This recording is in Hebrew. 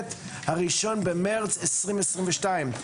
ה-1 במרץ 2022,